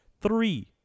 three